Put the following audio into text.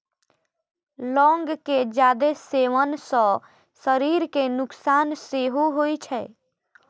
लौंग के जादे सेवन सं शरीर कें नुकसान सेहो होइ छै